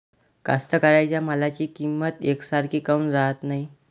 कास्तकाराइच्या मालाची किंमत यकसारखी काऊन राहत नाई?